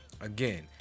Again